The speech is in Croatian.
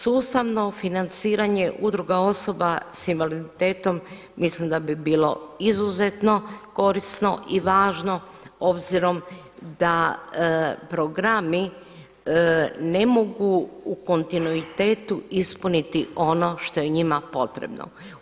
Sustavno financiranje udruga osoba sa invaliditetom mislim da bi bilo izuzetno korisno i važno obzirom da programi ne mogu u kontinuitetu ispuniti ono što je njima potrebno.